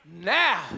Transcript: Now